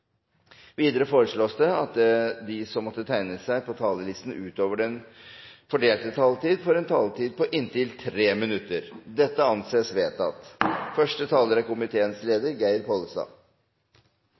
Videre foreslås det at de som måtte tegne seg på talerlisten utover den fordelte taletid, får en taletid på inntil 3 minutter. – Dette anses vedtatt. Viktigheten av et velfungerende og verdiskapende næringsliv i Norge er